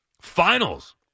finals